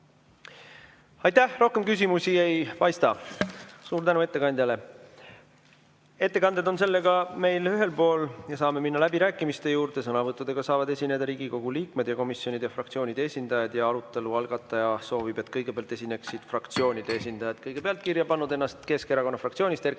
Aitäh! Rohkem küsimusi ei paista. Suur tänu ettekandjale! Ettekanded on meil sellega ühel pool ja saame minna läbirääkimiste juurde. Sõnavõttudega saavad esineda Riigikogu liikmed ja komisjonide ja fraktsioonide esindajad. Arutelu algataja soovib, et kõigepealt esineksid fraktsioonide esindajad. Kõigepealt on ennast kirja pannud Keskerakonna fraktsioonist Erki